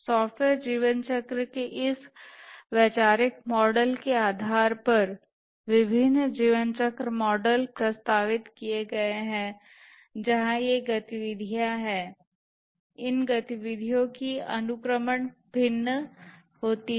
software जीवन चक्र के इस वैचारिक मॉडल के आधार पर विभिन्न जीवन चक्र मॉडल प्रस्तावित किए गए हैं जहां ये गतिविधियां है इन गतिविधियों की अनुक्रमण भिन्न होती हैं